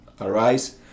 arise